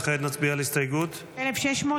וכעת נצביע על הסתייגות -- 1693.